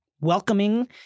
welcoming